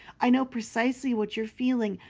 i know precisely what you are feeling.